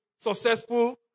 successful